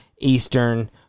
Eastern